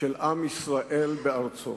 של עם ישראל בארצו.